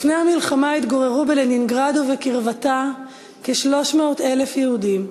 לפני המלחמה התגוררו בלנינגרד ובקרבתה כ-300,000 יהודים.